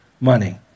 money